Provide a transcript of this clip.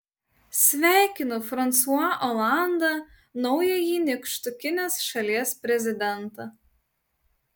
sveikinu fransua olandą naująjį nykštukinės šalies prezidentą